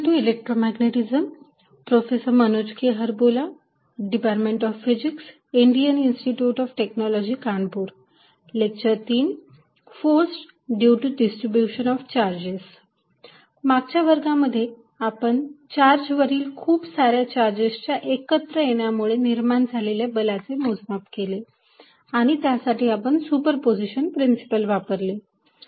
force due to distribution of charges मागच्या वर्गामध्ये आपण चार्ज वरील खूप सार्या चार्जेस च्या एकत्र येण्यामुळे निर्माण झालेले बलाचे मोजमाप केले आणि त्यासाठी आपण सुपरपोझिशन प्रिन्सिपल वापरले